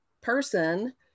person